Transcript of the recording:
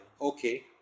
okay